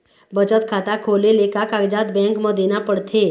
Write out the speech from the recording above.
बचत खाता खोले ले का कागजात बैंक म देना पड़थे?